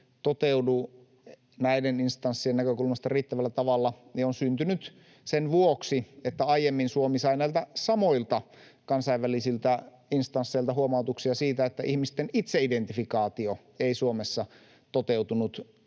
toteudu näiden instanssien näkökulmasta riittävällä tavalla, on syntynyt sen vuoksi, että aiemmin Suomi sai näiltä samoilta kansainvälisiltä instansseilta huomautuksia siitä, että ihmisten itseidentifikaatio ei Suomessa toteutunut